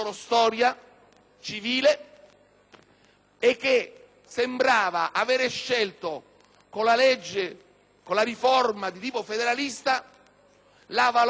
e che sembrava avere scelto, con la riforma di tipo federalista, la valorizzazione delle autonomie